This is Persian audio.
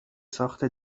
ساخت